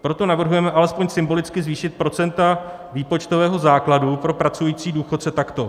Proto navrhujeme alespoň symbolicky zvýšit procenta výpočtového základu pro pracující důchodce takto.